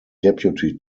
deputy